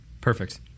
Perfect